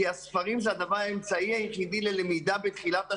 כי הספרים זה האמצעי היחיד ללמידה בתחילת השנה.